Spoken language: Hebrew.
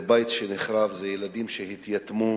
זה בית שנחרב, זה ילדים שהתייתמו.